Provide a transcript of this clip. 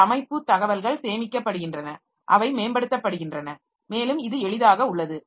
இந்த அமைப்பு தகவல்கள் சேமிக்கப்படுகினறனஅவை மேம்படுத்தப்படுகின்றன மேலும் இது எளிதாக உள்ளது